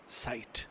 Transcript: sight